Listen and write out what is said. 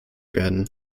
werden